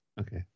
Okay